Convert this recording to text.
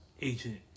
agent